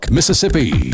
Mississippi